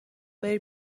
بری